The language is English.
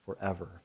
forever